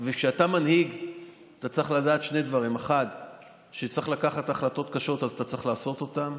וכשאתה מנהיג אתה צריך לדעת שני דברים: 1. כשצריך לקחת החלטות קשות אז אתה צריך לעשות אותן,